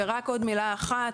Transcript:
ורק עוד מילה אחת,